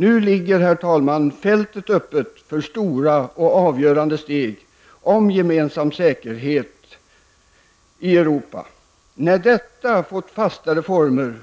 Nu ligger, herr talman, fältet öppet för stora och avgörande steg i fråga om gemensam säkerhet i Europa. När detta har fått fastare former,